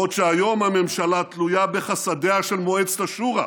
בעוד שהיום הממשלה תלויה בחסדיה של מועצת השורא,